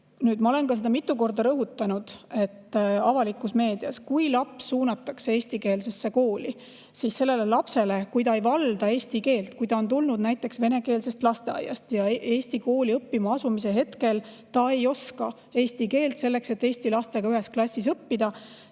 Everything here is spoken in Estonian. Ma olen ka avalikus meedias mitu korda rõhutanud, et kui laps suunatakse eestikeelsesse kooli, siis sellele lapsele, kes ei valda eesti keelt – kui ta on tulnud näiteks venekeelsest lasteaiast ja eesti kooli õppima asumise hetkel ta ei oska eesti keelt –, tuleks selleks, et ta saaks eesti lastega ühes klassis õppida,